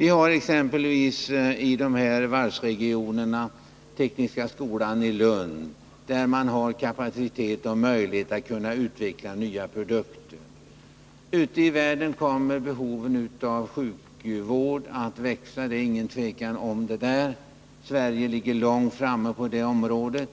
I varvsregionerna finns t.ex. Tekniska skolan i Lund, där man har kapacitet att utveckla nya produkter. Och ute i världen kommer behovet av sjukvård att växa — det är inget tvivel om det. Sverige ligger långt framme på det området.